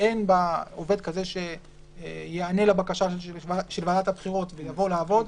שמבהירות שעובד כזה שייענה לבקשה של ועדת הבחירות ויבוא לעבוד,